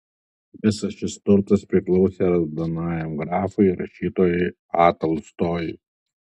visas šis turtas priklausė raudonajam grafui rašytojui a tolstojui